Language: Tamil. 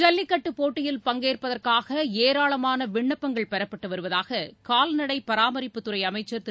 ஜல்லிக்கட்டுப் போட்டியில் பங்கேற்பதற்காக ஏராளமான விண்ணப்பங்கள் பெறப்பட்டு வருவதாக கால்நடை பராமரிப்புத்துறை அமைச்சர் திரு